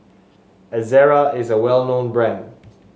Ezerra is a well known brand